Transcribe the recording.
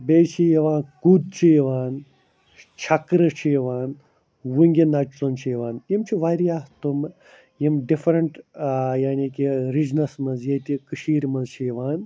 بیٚیہِ چھِ یِوان کُد چھِ یِوان چھکرٕ چھِ یِوان وُنٛگہِ نژُن چھِ یِوان تِم چھِ واریاہ تِمہٕ یِم ڈِفرَنٛٹہٕ یعنی کہِ رِجنَس منٛز ییٚتہِ کٔشیٖرِ منٛز چھِ یِوان